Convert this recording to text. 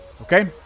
Okay